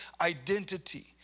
identity